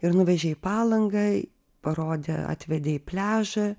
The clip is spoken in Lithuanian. ir nuvežė į palangą parodė atvedė į pliažą